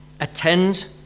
Attend